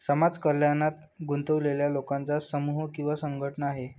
समाज कल्याणात गुंतलेल्या लोकांचा समूह किंवा संघटना आहे